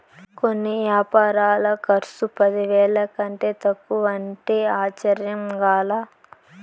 కొన్ని యాపారాల కర్సు పదివేల కంటే తక్కువంటే ఆశ్చర్యంగా లా